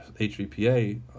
HVPA